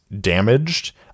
damaged